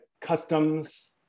customs